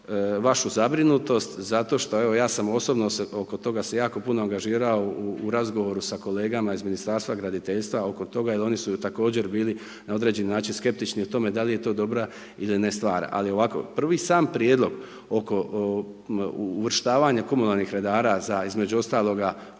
vašu zabrinutost zato što, evo ja sam osobno se oko toga se jako puno angažirao u razgovoru sa kolegama iz Ministarstva graditeljstva oko toga jer oni su također bili na određeni način skeptični o tome da li je to dobra ili ne stvar. Ali ovako, prvi sam prijedlog oko uvrštavanja komunalnih redara za, između ostaloga,